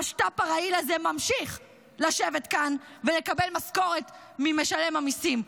המשת"פ הרעיל הזה ממשיך לשבת כאן ולקבל משכורת ממשלם המיסים,